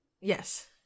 Yes